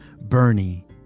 Bernie